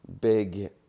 big